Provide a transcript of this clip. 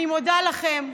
אני מודה לכם.